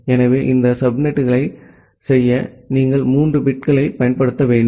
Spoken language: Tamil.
எனவே இந்த சப்நெட்களைச் செய்ய நீங்கள் மூன்று பிட்களைப் பயன்படுத்த வேண்டும்